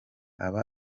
aba